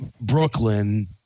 Brooklyn